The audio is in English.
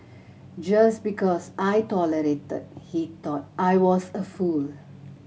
just because I tolerated he thought I was a fool